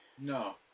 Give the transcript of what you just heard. No